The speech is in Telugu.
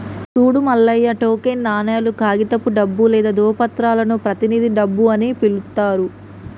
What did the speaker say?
సూడు మల్లయ్య టోకెన్ నాణేలు, కాగితపు డబ్బు లేదా ధ్రువపత్రాలను ప్రతినిధి డబ్బు అని పిలుత్తారు